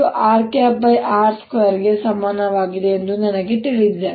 rr2 ಗೆ ಸಮಾನವಾಗಿದೆ ಎಂದು ನನಗೆ ತಿಳಿದಿದೆ